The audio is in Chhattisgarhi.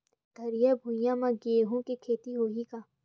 पथरिला भुइयां म गेहूं के खेती होही का?